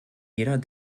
jeder